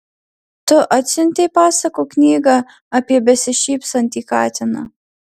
tu atsiuntei pasakų knygą apie besišypsantį katiną